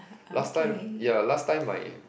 last time ya last time my